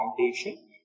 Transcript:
foundation